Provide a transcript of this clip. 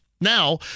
Now